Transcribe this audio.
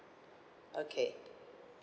okay